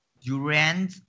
Durian